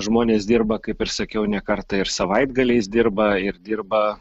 žmonės dirba kaip ir sakiau ne kartą ir savaitgaliais dirba ir dirba